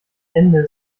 ende